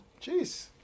Jeez